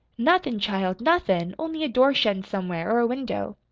nothin', child, nothin', only a door shuttin' somewhere, or a window.